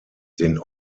den